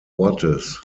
ortes